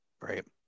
Right